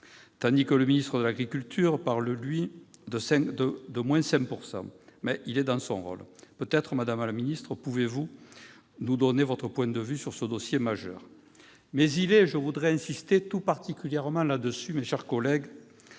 tandis que le ministre de l'agriculture parle, lui, d'au moins 5 %, mais il est dans son rôle. Peut-être pourriez-vous nous donner votre point de vue sur ce dossier majeur ?